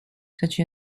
such